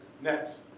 next